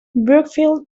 brookfield